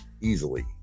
easily